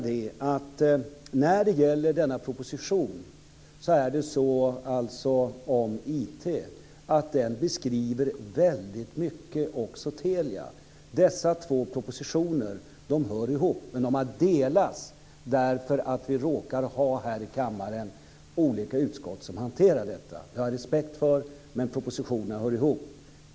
Den här propositionen om IT beskriver också Telia väldigt mycket. Dessa två propositioner hör ihop. De har delats därför att vi har olika utskott som hanterar detta här i riksdagen. Jag har respekt för det, men propositionerna hör ihop.